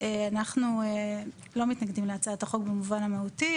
אנחנו לא מתנגדים להצעת החוק במובן המהותי,